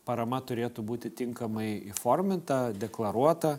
parama turėtų būti tinkamai įforminta deklaruota